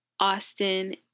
Austin